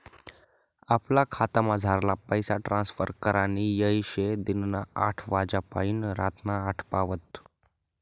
आपला खातामझारला पैसा ट्रांसफर करानी येय शे दिनना आठ वाज्यापायीन रातना आठ पावत